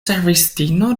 servistino